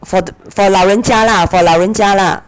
for th~ for 老人家 lah for 老人家 lah